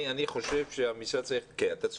אני חושב שהמשרד צריך כן, אתה צודק.